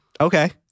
Okay